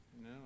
No